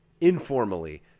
informally